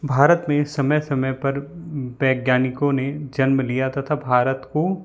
भारत में समय समय पर वैज्ञानिकों ने जन्म लिया तथा भारत को